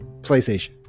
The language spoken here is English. PlayStation